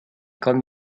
comme